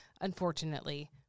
unfortunately